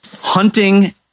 hunting